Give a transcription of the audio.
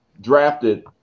drafted